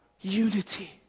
unity